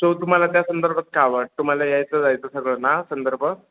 so तुम्हाला त्या संदर्भात काय हवं आहे तुम्हाला यायचं जायचं सगळं ना संदर्भ